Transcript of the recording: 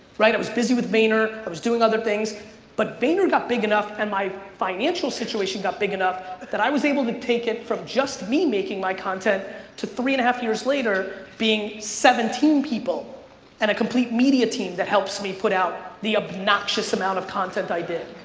right, i was busy with vayner, i was doing other things but vayner got big enough and my financial situation got big enough that that i was able to take it from just me making my content to three and a half years later being seventeen people and a complete media team that helps me put out the obnoxious amount of content i did.